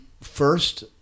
first